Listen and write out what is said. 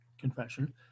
confession